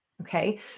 Okay